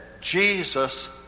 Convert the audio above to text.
Jesus